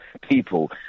people